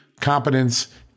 competence